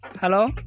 Hello